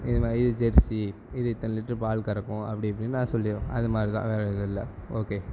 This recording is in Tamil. இதுமாதிரி இது ஜெர்ஸி இது இத்தனை லிட்ரு பால் கறக்கும் அப்படி இப்படின்னு நான் சொல்லிடுவேன் அதுமாதிரி தான் வேற எதுவும் இல்லை ஓகே